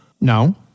No